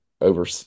over